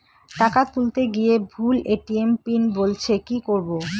টাকা তুলতে গিয়ে ভুল এ.টি.এম পিন বলছে কি করবো?